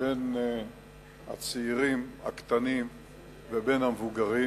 שבין הצעירים הקטנים לבין המבוגרים.